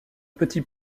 petit